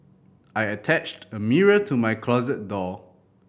I attached a mirror to my closet door